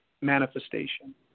Manifestation